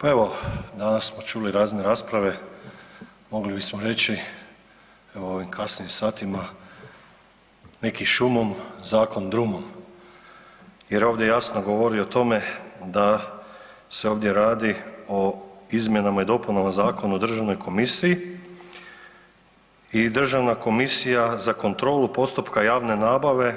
Pa evo, danas smo čuli razne rasprave, mogli bismo reći evo u ovim kasnim satima neki šumom, zakon drumom jer ovdje jasno govori o tome da se ovdje radi o izmjenama i dopunama Zakona o državnoj komisiji i Državna komisija za kontrolu postupka javne nabave